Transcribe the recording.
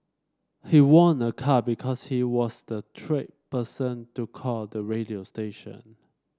she won a car because she was the twelfth person to call the radio station